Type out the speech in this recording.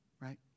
right